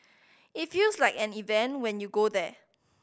it feels like an event when you go there